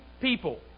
people